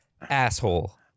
asshole